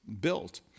built